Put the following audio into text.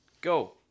Go